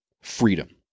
freedom